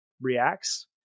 reacts